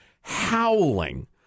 howling